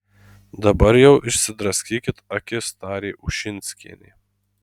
dabar jau išsidraskykit akis tarė ušinskienė